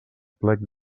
plec